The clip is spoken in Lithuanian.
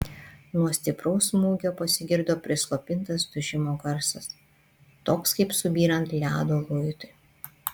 nuo stipraus smūgio pasigirdo prislopintas dužimo garsas toks kaip subyrant ledo luitui